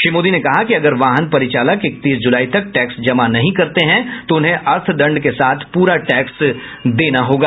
श्री मोदी ने कहा कि अगर वाहन परिचालक इकतीस जुलाई तक टैक्स जमा नहीं करते हैं तो उन्हें अर्थदंड के साथ पूरा टैक्स भी देना होगा